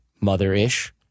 mother-ish